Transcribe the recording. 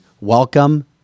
welcome